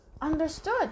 understood